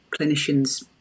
clinicians